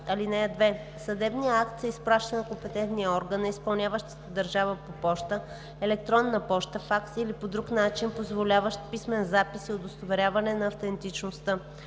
(2) Съдебният акт се изпраща на компетентния орган на изпълняващата държава по поща, електронна поща, факс, или по друг начин, позволяващ писмен запис и удостоверяване на автентичността.